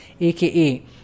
aka